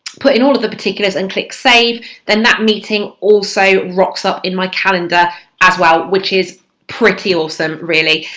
put in all of the particulars and click save then that meeting also rocks up in my calendar as well which is pretty awesome really.